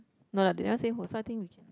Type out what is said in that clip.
no lah they never say who so I think we can